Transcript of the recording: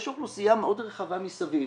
יש אוכלוסייה מאוד רחבה מסביב.